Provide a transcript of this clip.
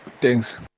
thanks